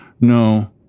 No